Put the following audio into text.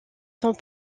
sont